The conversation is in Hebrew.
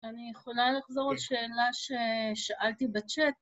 אני יכולה לחזור לשאלה ששאלתי בצ'אט.